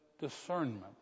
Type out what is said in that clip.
discernment